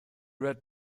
read